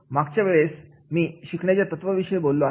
मागच्या वेळेस मी शिकण्याच्या तत्वा विषयी बोललो आहे